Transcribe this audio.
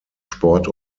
sport